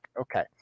Okay